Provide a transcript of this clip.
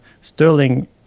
Sterling